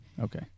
okay